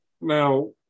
Now